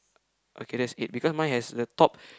okay that is eight because mine has the top